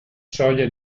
soglia